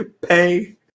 Pay